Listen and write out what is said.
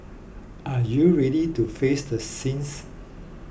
are you ready to face the sins